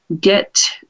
get